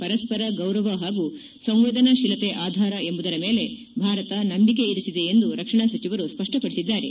ಪರಸ್ಪರ ಗೌರವ ಹಾಗೂ ಸಂವೇದನಾತೀಲತೆ ಆಧಾರ ಎಂಬುದರ ಮೇಲೆ ಭಾರತ ನಂಬಿಕೆ ಇರಿಸಿದೆ ಎಂದು ರಕ್ಷಣಾ ಸಚಿವರು ಸ್ಪಷ್ನಪಡಿಸಿದ್ದಾರೆ